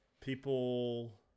people